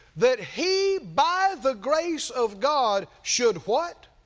that he by the grace of god should, what?